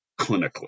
clinically